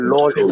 Lord